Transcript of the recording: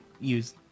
use